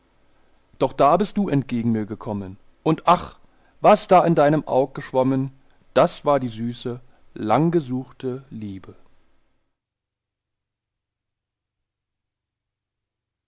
doch da bist du entgegen mir gekommen und ach was da in deinem aug geschwommen das war die süße langgesuchte liebe